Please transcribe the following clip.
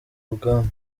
rugamba